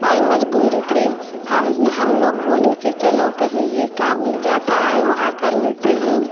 भाई मजबूरी थी हम हम लोग बोले कि चलो कहीं भी काम मिल जाता है वहाँ कर लेते हैं